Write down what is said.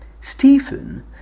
Stephen